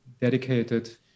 dedicated